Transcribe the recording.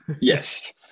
yes